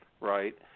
right